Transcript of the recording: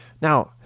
Now